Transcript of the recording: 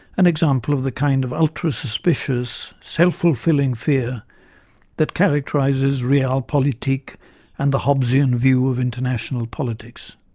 an example of the kind of ultra-suspicious, self-fulfilling fear that characterises realpolitik and the hobbsian view of international politics.